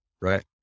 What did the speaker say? right